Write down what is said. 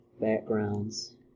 backgrounds